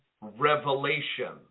revelation